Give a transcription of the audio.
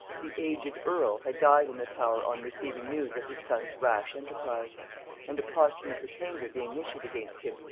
the aged earl had died in the tower on receiving news of his son's rash enterprise and a posthumous attainder being issued against him,